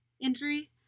injury